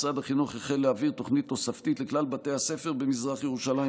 משרד החינוך החל להעביר תוכנית תוספתית לכלל בתי הספר במזרח ירושלים